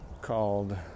called